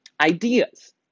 ideas